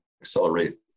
accelerate